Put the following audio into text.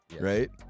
right